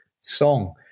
song